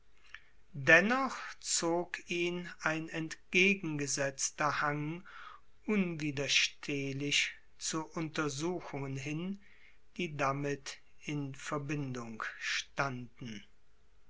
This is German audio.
dennoch zog ihn ein entgegengesetzter hang unwiderstehlich zu untersuchungen hin die damit in verbindung standen